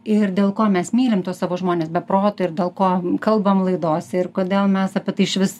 ir dėl ko mes mylim tuos savo žmones be proto ir dėl ko kalbam laidose ir kodėl mes apie tai išvis